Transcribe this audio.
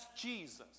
Jesus